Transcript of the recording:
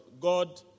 God